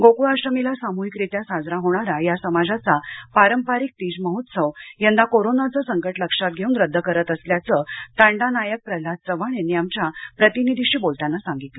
गोकुळाष्टमीला सामूहिक रीत्या साजरा होणारा या समाजाचा पारंपरिक तीज महोत्सव यंदा कोरोनाचं संकट लक्षात घेऊन रद्द करत असल्याचं तांडा नायक प्रल्हाद चव्हाण यांनी आमच्या प्रतिनिधीशी बोलताना सांगितलं